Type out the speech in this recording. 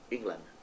England